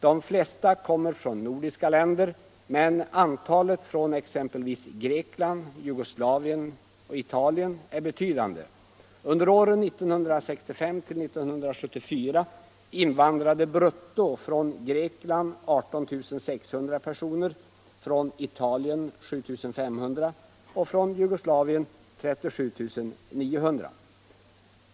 De flesta kommer från nordiska länder, men antalet från exempelvis Grekland, Jugoslavien och Italien är betydande. Under åren 1965-1974 invandrade brutto från Grekland '18 600 personer, från Italien 7 500 och från Jugoslavien 37 900.